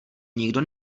nikdo